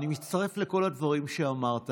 אני מצטרף לכל הדברים שאמרת,